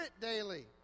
daily